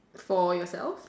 for yourself